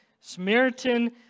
Samaritan